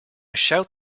shout